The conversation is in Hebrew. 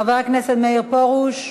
חבר הכנסת מאיר פרוש,